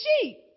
sheep